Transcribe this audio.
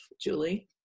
Julie